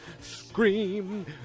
Scream